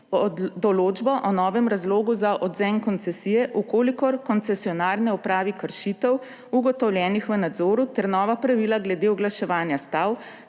določbo o novem razlogu za odvzem koncesije, če koncesionar ne odpravi kršitev, ugotovljenih v nadzoru, ter nova pravila glede oglaševanja stav,